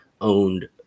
owned